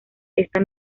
esta